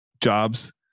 jobs